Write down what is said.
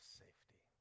safety